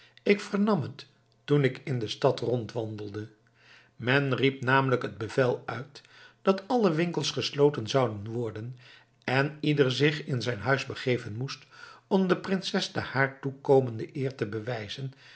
ik vernam het toen ik in de stad rondwandelde men riep namelijk het bevel uit dat alle winkels gesloten zouden worden en ieder zich in zijn huis begeven moest om de prinses de haar toekomende eer te bewijzen